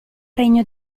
regno